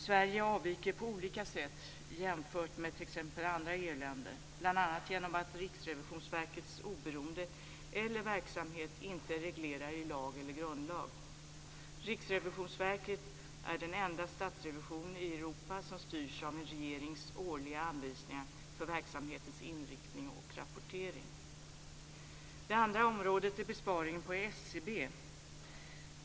Sverige avviker på olika sätt jämfört med t.ex. andra EU-länder, bl.a. genom att Riksrevisionsverkets oberoende eller verksamhet inte är reglerad i lag eller grundlag. Riksrevisionsverket är den enda statsrevision i Europa som styrs av en regerings årliga anvisningar för verksamhetens inriktning och rapportering. Det andra området är besparingen på SCB.